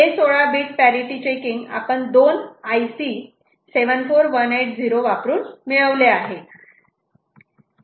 हे 16 bit parity checking आपण दोन IC 74180 वापरून मिळविले आहे